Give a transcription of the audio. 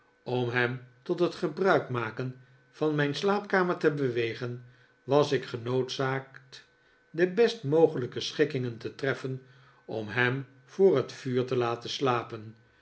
om hem tot het gebruik maken van mijn slaapkamer te bewegen was ik genoodzaakt de best mogelijke schikkingen te treffen om hem voor het vuur te laten slapen